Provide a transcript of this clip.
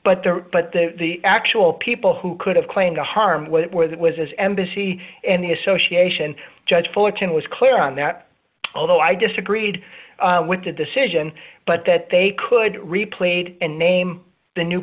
but there but the actual people who could have claimed to harm what it was it was embassy and the association judge fortune was clear on that although i disagreed with the decision but that they could replayed and name the new